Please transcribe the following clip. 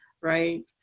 right